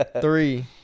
three